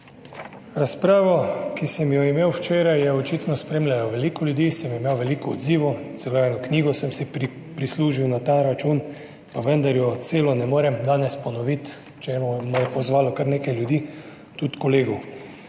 Razpravo, ki sem jo imel včeraj, je očitno spremljalo veliko ljudi. Sem imel veliko odzivov, celo eno knjigo sem si prislužil na ta račun, pa vendar jo celo ne morem danes ponoviti, k čemur me je pozvalo kar nekaj ljudi, tudi kolegov.